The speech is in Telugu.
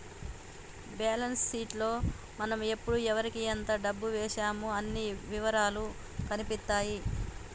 బ్యేలన్స్ షీట్ లో మనం ఎప్పుడు ఎవరికీ ఎంత డబ్బు వేశామో అన్ని ఇవరాలూ కనిపిత్తాయి